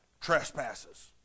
trespasses